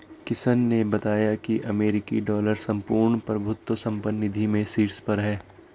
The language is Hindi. किशन ने बताया की अमेरिकी डॉलर संपूर्ण प्रभुत्व संपन्न निधि में शीर्ष पर है